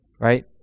Right